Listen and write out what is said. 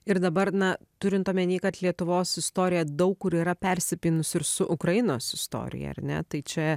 ir dabar na turint omeny kad lietuvos istorija daug kur yra persipynus ir su ukrainos istorija ar ne tai čia